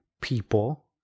people